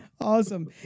Awesome